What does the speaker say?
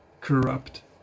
corrupt